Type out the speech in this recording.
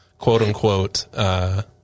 quote-unquote